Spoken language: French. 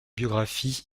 biographie